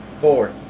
four